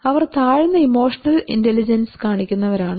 അവർ താഴ്ന്ന emotional intelligence കാണിക്കുന്നവരാണ്